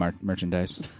merchandise